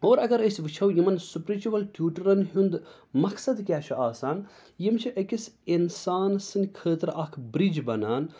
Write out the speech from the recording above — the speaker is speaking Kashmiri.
اور اگر أسۍ وٕچھو یِمَن سِپرِچُوَل ٹیوٗٹرَن ہُنٛد مقصد کیٛاہ چھُ آسان یِم چھِ أکِس اِنسان سٕنٛدِ خٲطرٕ اَکھ بِرٛج بَنان